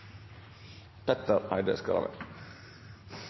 Petter Eide